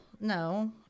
no